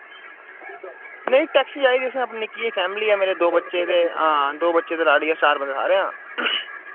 नेईं टैक्सी चाहिदी असें निक्की देही फैमली ऐ मेरे दो बच्चे ते हां दो बच्चे ते लाड़ी अस चार बंदे सारे आं